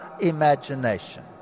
imagination